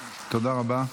תודה רבה.